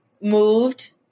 moved